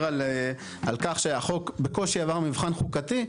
על כך שהחוק בקושי עבר מבחן חוקתי,